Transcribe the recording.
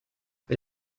wir